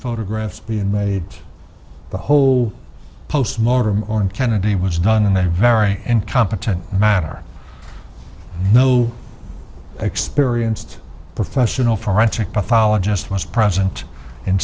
photographs being made the whole post mortem on kennedy was done and then very incompetent matter no experienced professional forensic pathologist was present in